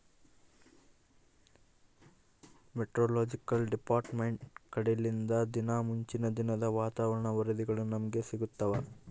meteorological department ಕಡೆಲಿಂದ ದಿನಾ ಮುಂಚಿನ ದಿನದ ವಾತಾವರಣ ವರದಿಗಳು ನಮ್ಗೆ ಸಿಗುತ್ತವ